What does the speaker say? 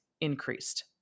increased